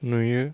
नुयो